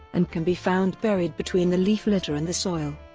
and can be found buried between the leaf litter and the soil.